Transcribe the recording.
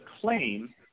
claim